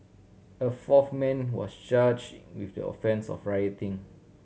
a fourth man was charged with the offence of rioting